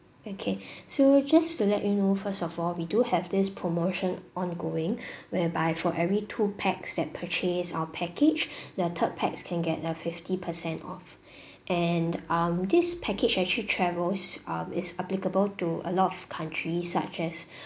okay so just to let you know first of all we do have this promotion ongoing whereby for every two pax that purchase our package the third pax can get a fifty percent off and um this package actually travels um is applicable to a lot of countries such as